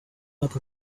lot